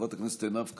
חברת הכנסת עינב קאבלה,